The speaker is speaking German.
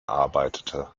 arbeitete